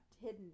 hidden